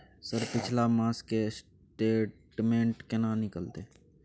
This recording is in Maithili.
सर पिछला मास के स्टेटमेंट केना निकलते?